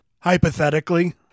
hypothetically